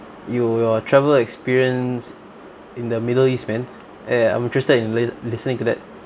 you your travel experience in the middle east man ya ya I'm interested in li~ listening to that